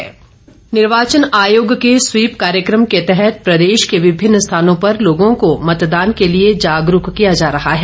SVEEP निर्वाचन आयोग के स्वीप कार्यक्रम के तहत प्रदेश के विभिन्न स्थानों पर लोगों को मतदान के लिए जागरूक किया जा रहा है